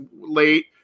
late